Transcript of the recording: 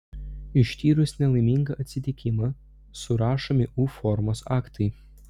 ištyrus nelaimingą atsitikimą surašomi u formos aktai